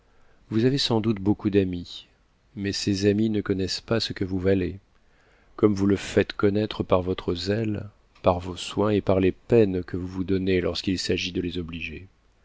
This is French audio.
vous avez sans doute beaucoup d'amis mais ces amis ne connaissent pas ce que vous valez comme vous e faites connattre par votre zèle par vos soins et par les peines que vous vous donnez lorsqu'il s'agit de les obliger